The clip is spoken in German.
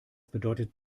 bedeutet